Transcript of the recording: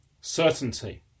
certainty